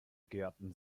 gärten